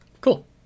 cool